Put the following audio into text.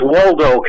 Waldo